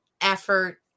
effort